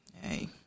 Hey